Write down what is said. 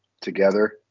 together